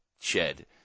shed